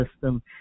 system